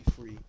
free